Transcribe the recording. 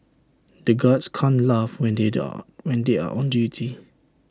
the guards can't laugh when are when they are on duty